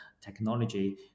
technology